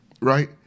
right